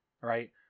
right